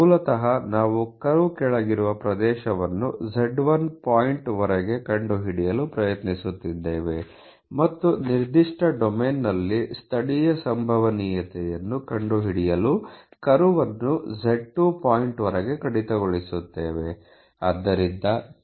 ಮೂಲತಃ ನಾವು ಕರ್ವ್ ಕೆಳಗಿರುವ ಪ್ರದೇಶವನ್ನು z1 ಪಾಯಿಂಟ್ ವರೆಗೆ ಕಂಡುಹಿಡಿಯಲು ಪ್ರಯತ್ನಿಸುತ್ತಿದ್ದೇವೆ ಮತ್ತು ನಿರ್ದಿಷ್ಟ ಡೊಮೇನ್ನಲ್ಲಿ ಸ್ಥಳೀಯ ಸಂಭವನೀಯತೆಯನ್ನು ಕಂಡುಹಿಡಿಯಲು ಕರ್ವ್ ಅನ್ನು z2 ಪಾಯಿಂಟ್ ವರೆಗೆ ಕಡಿತಗೊಳಿಸುತ್ತೇವೆ